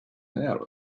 hair